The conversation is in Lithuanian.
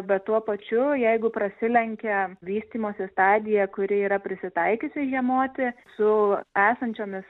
bet tuo pačiu jeigu prasilenkia vystymosi stadija kuri yra prisitaikiusi žiemoti su esančiomis